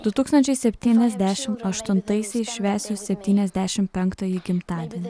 du tūkstančiai septyniasdešimt aštuntaisiais švęsiu septyniasdešimt penktąjį gimtadienį